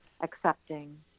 accepting